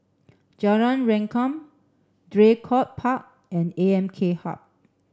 Jalan Rengkam Draycott Park and A M K Hub